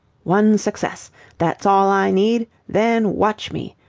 one success that's all i need then watch me!